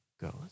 goes